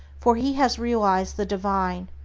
for he has realized the divine,